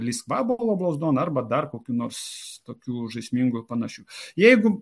lįsk vabalo blauzdon arba dar kokių nors tokių žaismingų panašių jeigu